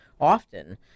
often